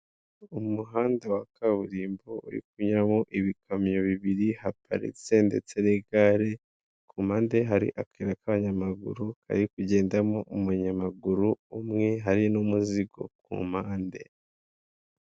Umuhanda wa kaburimbo uri kunyuramo ibikamyo bibiri haparitse ndetse n'igare ku mpande hari akayira k'abantamaguru kari kugendamo umunyamaguru umwe hari n'umuzigo mu mpande.